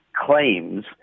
claims